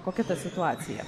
kokia ta situacija